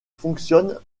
fonctionnent